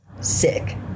Sick